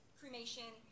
cremation